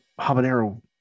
Habanero